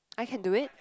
I can do it